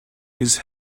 his